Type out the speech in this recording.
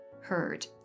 heard